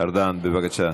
ארדן, בבקשה.